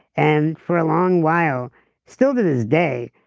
and for a long while still to this day,